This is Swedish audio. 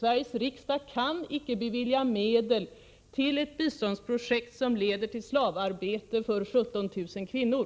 Sveriges riksdag kan icke bevilja medel till ett biståndsprojekt som leder till slavarbete för 17 000 kvinnor.